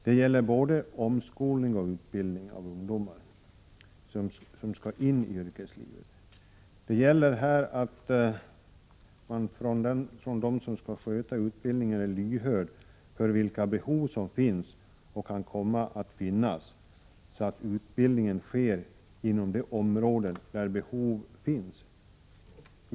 Det gäller både omskolning och utbildning av ungdomar som skall in i yrkeslivet. Det gäller här att de som skall sköta utbildningen är lyhörda för vilka behov som finns och kan komma att finnas, så att utbildningen sker inom de områden där behov föreligger.